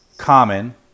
common